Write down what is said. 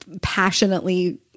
passionately